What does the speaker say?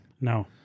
No